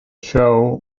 show